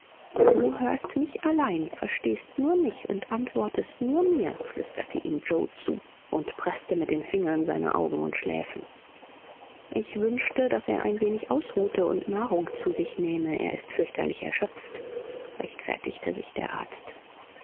du hörst mich allein verstehst nur mich und antwortest nur mir flüsterte ihm yoe zu und preßte mit den fingern seine augen und schläfen ich wünschte daß er ein wenig ausruhte und nahrung zu sich nähme er ist fürchterlich erschöpft rechtfertigte sich der arzt